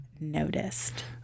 noticed